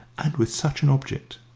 and with such an object.